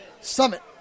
Summit